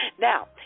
Now